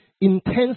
intense